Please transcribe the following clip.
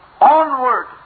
Onward